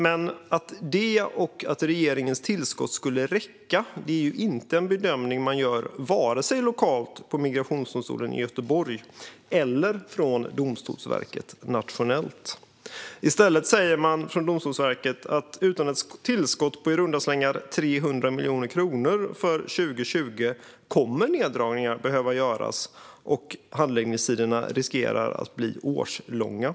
Men att det och regeringens tillskott skulle räcka är inte en bedömning som görs vare sig lokalt på Migrationsdomstolen i Göteborg eller nationellt på Domstolsverket. I stället säger Domstolsverket att utan ett tillskott för 2020 på i runda slängar 300 miljoner kronor kommer neddragningar att behöva göras, och handläggningstiderna riskerar att bli årslånga.